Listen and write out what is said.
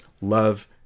love